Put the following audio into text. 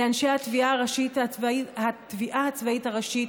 לאנשי התביעה הצבאית הראשית,